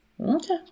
Okay